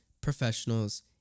professionals